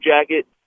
jacket